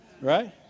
Right